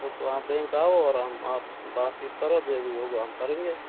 वो तो आप बैंक आओ और हम आपसे बातचीत करो जो भी होगा हम करेंगे